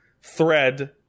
thread